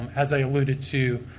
um as a looted to.